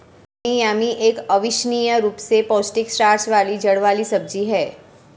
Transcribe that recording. बैंगनी यामी एक अविश्वसनीय रूप से पौष्टिक स्टार्च वाली जड़ वाली सब्जी है